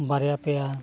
ᱵᱟᱨᱭᱟ ᱯᱮᱭᱟ